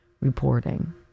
reporting